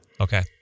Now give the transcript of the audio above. Okay